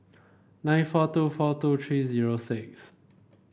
nine four two four two three zero six